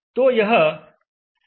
तो यह buck boost converter है